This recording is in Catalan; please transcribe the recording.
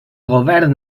govern